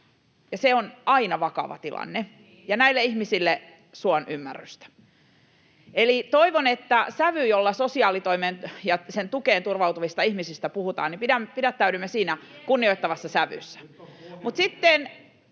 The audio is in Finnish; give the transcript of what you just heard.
Se on aina vakava tilanne, ja näille ihmisille suon ymmärrystä. Eli toivon, että kun sosiaalitoimen tukeen turvautuvista ihmisistä puhutaan, niin pidättäydymme kunnioittavassa sävyssä.